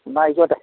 എന്നാൽ ആയിക്കോട്ടെ